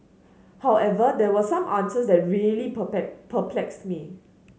however there were some answers that really perplexed me